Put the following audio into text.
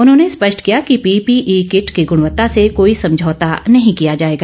उन्होंने स्पश्ट किया कि पीपीई किट की गुणवत्ता से कोई समझौता नहीं किया जाएगा